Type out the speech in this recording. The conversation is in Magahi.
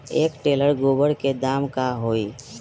एक टेलर गोबर के दाम का होई?